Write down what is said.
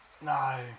No